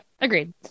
agreed